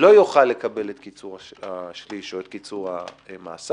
לא יוכל לקבל את קיצור השליש או קיצור המאסר.